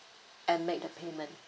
and make the payment